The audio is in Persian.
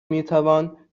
میتوان